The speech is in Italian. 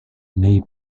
nei